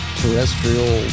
terrestrial